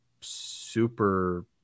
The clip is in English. super